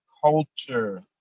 culture